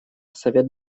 совет